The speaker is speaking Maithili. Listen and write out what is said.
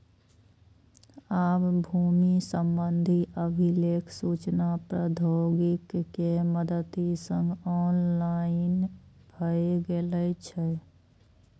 आब भूमि संबंधी अभिलेख सूचना प्रौद्योगिकी के मदति सं ऑनलाइन भए गेल छै